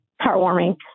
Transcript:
heartwarming